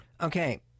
Okay